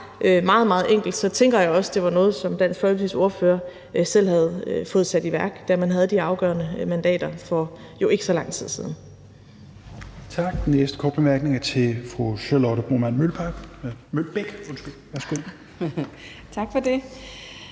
meget, meget enkelt, tænker jeg også, at det var noget, som Dansk Folkepartis ordfører selv havde fået sat i værk, da man havde de afgørende mandater for ikke så lang tid siden. Kl. 17:14 Tredje næstformand (Rasmus Helveg